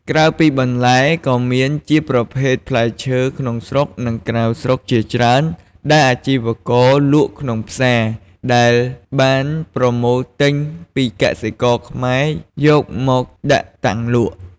ក្រៅពីបន្លែ ក៏មានជាប្រភេទផ្លែឈើក្នុងស្រុក និងក្រៅស្រុកជាច្រើនដែលអាជីវករលក់ក្នុងផ្សារ ដែលបានប្រមូលទិញពីកសិករខ្មែរយកមកដាក់តាំងលក់។